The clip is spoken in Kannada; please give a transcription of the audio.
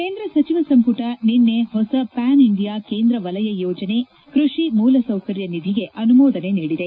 ಕೇಂದ್ರ ಸಚಿವ ಸಂಪುಟ ನಿನ್ನೆ ಹೊಸ ಪ್ಯಾನ್ ಇಂಡಿಯಾ ಕೇಂದ್ರ ವಲಯ ಯೋಜನೆ ಕ್ನಡಿ ಮೂಲಸೌಕರ್ಯ ನಿಧಿಗೆ ಅನುಮೋದನೆ ನೀಡಿದೆ